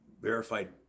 verified